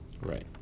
Right